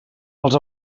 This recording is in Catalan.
els